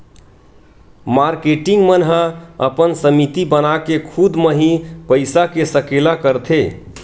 marketing मन ह अपन समिति बनाके खुद म ही पइसा के सकेला करथे